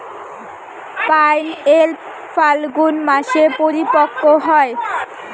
pineapple ফাল্গুন মাসে পরিপক্ব হয়